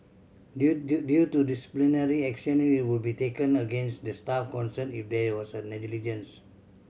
due due due to disciplinary action it will be taken against the staff concerned if there was a negligence